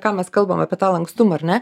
ką mes kalbam apie tą lankstumą ar ne